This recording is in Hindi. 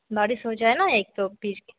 बारिश हो जाए ना एक तो फिर